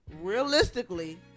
realistically